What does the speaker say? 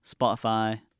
Spotify